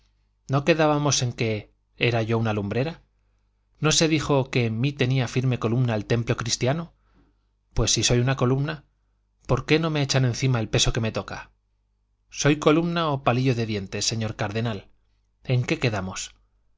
no quedábamos en que era yo una lumbrera no se dijo que en mí tenía firme columna el templo cristiano pues si soy una columna por qué no me echan encima el peso que me toca soy columna o palillo de dientes señor cardenal en qué quedamos